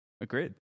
Agreed